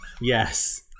Yes